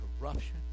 corruption